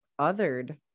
othered